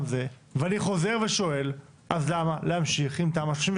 ואני חוזר ושואל, אז למה להמשיך עם תמ"א 38